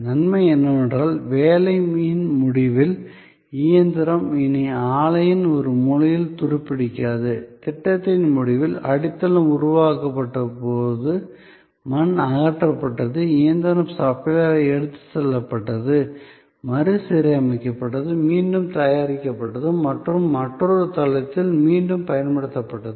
நன்மை என்னவென்றால் வேலையின் முடிவில் இயந்திரம் இனி ஆலையின் ஒரு மூலையில் துருப்பிடிக்காது திட்டத்தின் முடிவில் அடித்தளம் உருவாக்கப்பட்ட போது மண் அகற்றப்பட்டது இயந்திரம் சப்ளையரால் எடுத்துச் செல்லப்பட்டது மறுசீரமைக்கப்பட்டது மீண்டும் தயாரிக்கப்பட்டது மற்றும் மற்றொரு தளத்தில் மீண்டும் பயன்படுத்தப்பட்டது